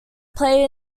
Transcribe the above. play